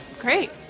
Great